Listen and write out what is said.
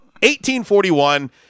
1841